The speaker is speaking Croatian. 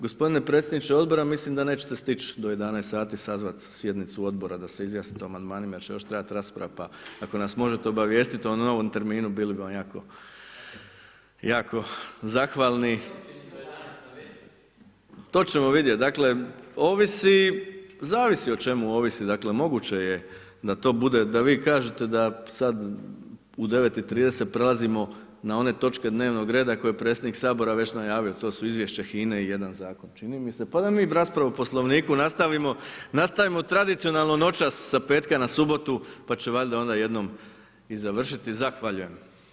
Gospodine predsjedniče odbora mislim da nećete stići do 11 sati sazvati sjednicu odbora da se izjasnite o amandmanima jer će još trajati rasprava pa ako nas možete obavijestiti o novom terminu bili bi vam jako zahvalni. … To ćemo vidjeti, dakle, ovisi, zavisi o čemu ovisi, dakle moguće je da to bude, da vi kažete da sada, u 9,30 prelazimo na one točke dnevnog reda koje je predsjednik Sabora već najavio, to su Izvješće HINA-e i jedan zakon čini mi se pa da mi raspravu o Poslovniku nastavimo, nastavimo tradicionalno noćas sa petka na subotu pa će valjda onda jednom i završiti, zahvaljujem.